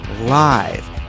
live